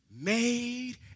made